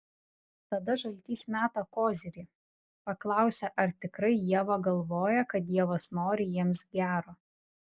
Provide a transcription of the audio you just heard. tada žaltys meta kozirį paklausia ar tikrai ieva galvoja kad dievas nori jiems gero